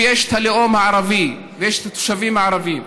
ויש את הלאום הערבי, התושבים הערבים.